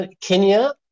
Kenya